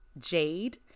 Jade